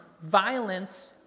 violence